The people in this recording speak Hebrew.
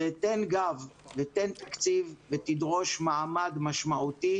זה תן גב, ותן תקציב, ותדרוש מעמד משמעותי.